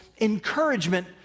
encouragement